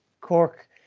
Cork